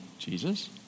Jesus